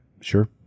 sure